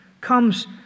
comes